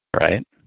right